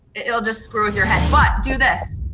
it'll just screw your head, but do this,